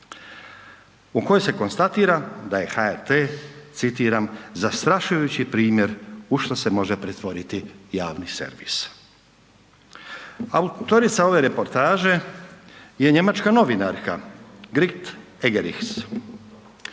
u kojoj se konstatira da je HRT, citiram „Zastrašujući primjer u šta se može pretvoriti javni servis“. Autorica ove reportaže je njemačka novinarka Grit Eggerichs,